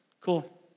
cool